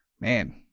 man